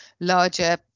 larger